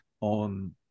on